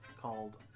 called